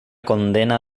condena